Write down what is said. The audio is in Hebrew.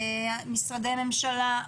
משרדי ממשלה,